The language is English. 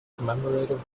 commemorative